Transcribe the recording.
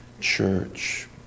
church